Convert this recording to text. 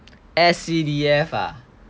S_C_D_F ah